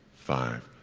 five,